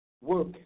work